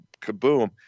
kaboom